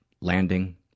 landing